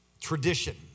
Tradition